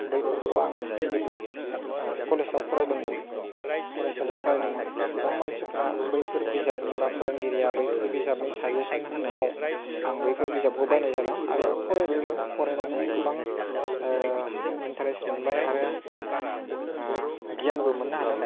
बैफोरखौ आं जेब्ला कलेजाव फरायदोंमोन फरायसालियाव फरायदोंमोन गोबां मानसिफ्रा बैफोर बिजाबनि एबा फोरोंगिरिया बैफोर बिजाबनि साजेसन होनायाव आं बैफोर बिजाबखौ बायनाय जादों आरो फरायबायबो फरायनानै गोबां इन्टारेस मोनबाय आरो गियानबो मोननो हादों